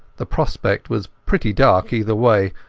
the prospect was pretty dark either way,